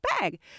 bag